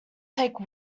take